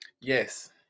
Yes